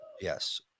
Yes